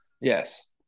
yes